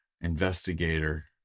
investigator